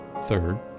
Third